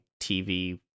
TV